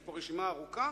יש כאן רשימה ארוכה,